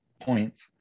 points